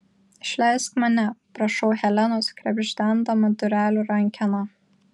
išleisk mane prašau helenos krebždendama durelių rankeną